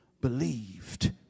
believed